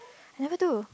I never do